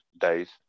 days